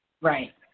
Right